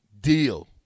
Deal